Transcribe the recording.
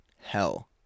hell